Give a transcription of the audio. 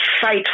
fight